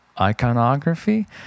Iconography